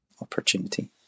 opportunity